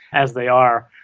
as they are.